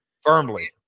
firmly